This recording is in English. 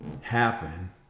happen